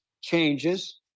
changes